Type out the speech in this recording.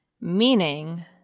meaning